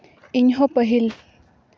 ᱤᱧᱦᱚᱸ ᱯᱟᱹᱦᱤᱞ